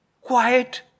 quiet